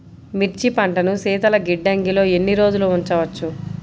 మిర్చి పంటను శీతల గిడ్డంగిలో ఎన్ని రోజులు ఉంచవచ్చు?